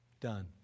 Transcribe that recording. done